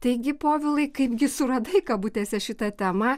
taigi povilai kaipgi suradai kabutėse šitą temą